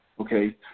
Okay